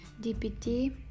DPT